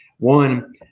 one